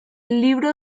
libro